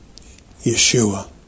Yeshua